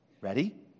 ready